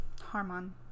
Harmon